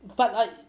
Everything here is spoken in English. but I